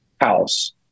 house